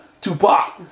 Tupac